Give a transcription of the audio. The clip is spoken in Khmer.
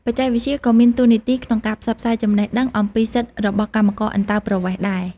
បច្ចេកវិទ្យាក៏មានតួនាទីក្នុងការផ្សព្វផ្សាយចំណេះដឹងអំពីសិទ្ធិរបស់កម្មករអន្តោប្រវេសន៍ដែរ។